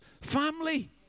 family